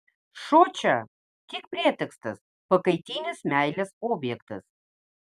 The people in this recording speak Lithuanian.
šuo čia tik pretekstas pakaitinis meilės objektas